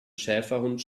schäferhund